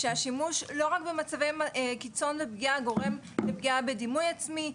שהשימוש לא רק במצבי קיצון ופגיעה גורם לפגיעה בדימוי עצמי,